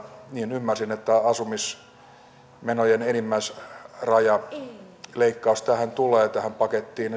ymmärsin että asumismenojen enimmäisrajaleikkaus tähän pakettiin